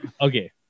Okay